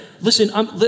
Listen